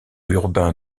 urbain